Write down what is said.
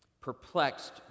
perplexed